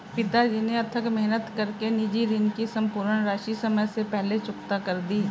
पिताजी ने अथक मेहनत कर के निजी ऋण की सम्पूर्ण राशि समय से पहले चुकता कर दी